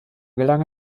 gelang